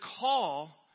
call